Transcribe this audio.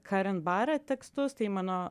karent bare tekstus tai mano